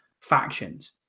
factions